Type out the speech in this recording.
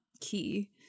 key